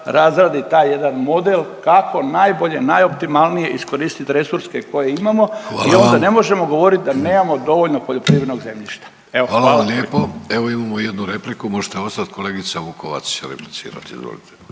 razradi taj jedan model kako najbolje, najoptimalnije iskoristiti resurse koje imamo. I onda ne možemo govoriti da nemamo dovoljno poljoprivrednog zemljišta. Evo hvala. **Vidović, Davorko (Nezavisni)** Hvala vam lijepo. Evo imamo jednu repliku. Možete ostati. Kolegica Vukovac će replicirati,